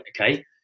okay